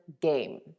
game